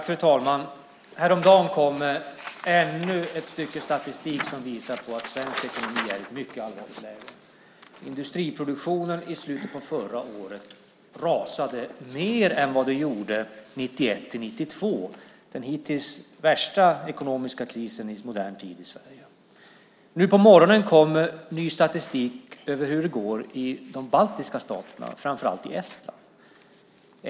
Fru talman! Häromdagen kom ännu ett stycke statistik som visar på att svensk ekonomi är i ett mycket allvarligt läge. Industriproduktionen i slutet av förra året rasade mer än vad den gjorde 1991-1992, den hittills värsta ekonomiska krisen i modern tid i Sverige. Nu på morgonen kom ny statistik över hur det går i de baltiska staterna, framför allt i Estland.